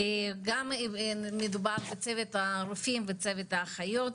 גם מדובר בצוות הרופאים וצוות האחיות,